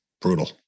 Brutal